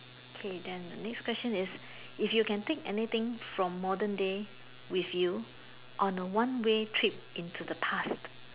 okay then the next question is if you can take anything from modern day with you on a one way trip into the past